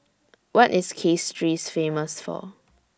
What IS Castries Famous For